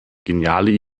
geniale